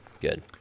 Good